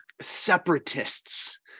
separatists